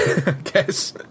guess